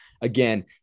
again